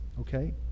okay